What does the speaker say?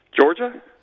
Georgia